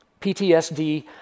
PTSD